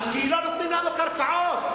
לא נותנים לנו קרקעות.